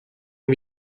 mis